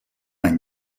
any